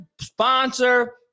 sponsor